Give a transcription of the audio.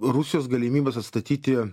rusijos galimybės atstatyti